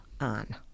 on